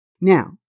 Now